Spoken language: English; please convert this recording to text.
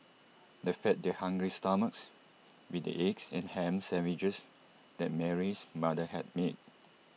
they fed their hungry stomachs with the eggs and Ham Sandwiches that Mary's mother had made